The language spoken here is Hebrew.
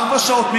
ארבע שעות.